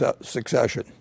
succession